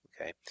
Okay